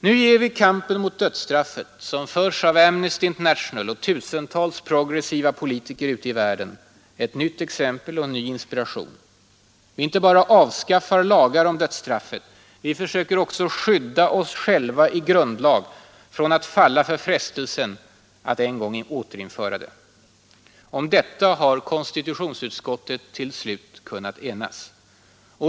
Nu ger vi kampen mot dödsstraffet, som förs av Amnesty International och tusentals progressiva politiker ute i världen, ett nytt exempel och en ny inspiration. Vi inte bara avskaffar lagar om dödsstraffet, vi försöker också skydda oss själva i grundlag från att falla för frestelsen att en gång återinföra det. Om detta har konstitutionsutskottet till slut kunnat enas.